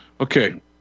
Okay